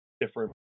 different